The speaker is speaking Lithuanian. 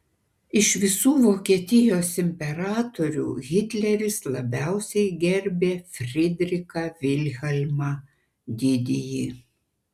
iš visų vokietijos imperatorių hitleris labiausiai gerbė fridrichą vilhelmą didįjį